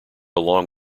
along